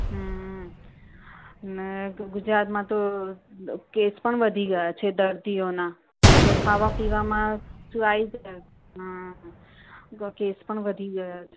હમ્મ અને ગુજરાતમાં તો કેસ પણ વધી ગયા છે દર્દીઓના કેમ કે ખાવા પીવામાં શું આવી જાય કેસ પણ વધી ગયા છે